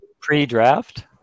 pre-draft